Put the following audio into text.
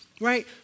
right